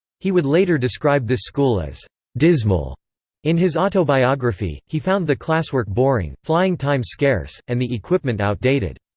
he would later describe this school as dismal in his autobiography he found the classwork boring, flying time scarce, and the equipment outdated.